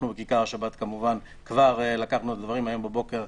אנחנו ב"כיכר השבת" כמובן כבר לקחנו את הדברים על עצמנו.